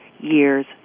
years